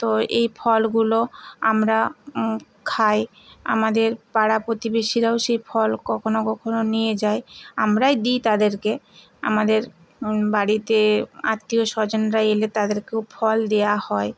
তো এই ফলগুলো আমরা খাই আমাদের পাড়া প্রতিবেশীরাও সেই ফল কখনও কখনও নিয়ে যায় আমরাই দিই তাদেরকে আমাদের বাড়িতে আত্মীয়স্বজনরা এলে তাদেরকেও ফল দেওয়া হয়